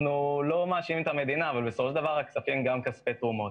אנחנו לא מאשימים את המדינה אבל בסופו של דבר הכספים הם כספי תרומות